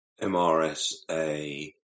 mrsa